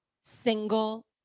single